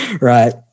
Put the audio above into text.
right